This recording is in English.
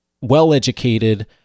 well-educated